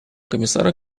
комиссара